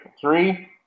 Three